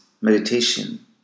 meditation